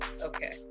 Okay